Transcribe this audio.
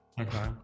Okay